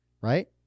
right